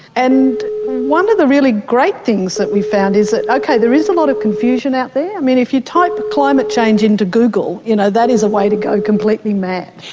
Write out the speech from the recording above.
and one of the really great things that we found is that, okay, there is a lot of confusion out there, i mean, if you type climate change into google, you know that is a way to go completely mad.